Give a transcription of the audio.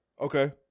Okay